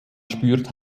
spürt